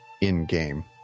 in-game